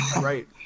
Right